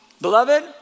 Beloved